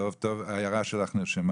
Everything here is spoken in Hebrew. ההערה שלך נרשמה.